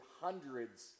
hundreds